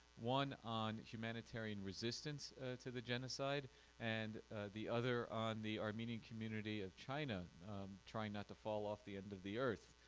one on humanitarian resistance to the genocide and the other on the armenian community of china trying not to fall off the end of the earth.